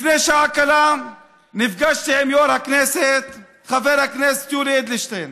לפני שעה קלה נפגשתי עם יו"ר הכנסת חבר הכנסת יולי אדלשטיין.